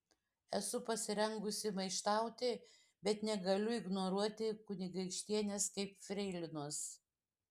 esu pasirengusi maištauti bet negaliu ignoruoti kunigaikštienės kaip freilinos